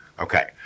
Okay